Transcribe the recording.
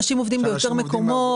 אנשים עובדים ביותר קומות,